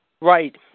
Right